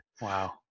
Wow